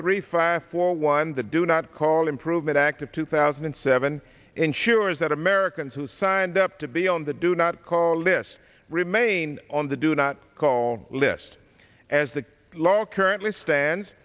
three five four one the do not call improvement act of two thousand and seven ensures that americans who signed up to be on the do not call list remain on the do not call list as the law currently stands